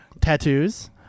tattoos